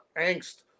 angst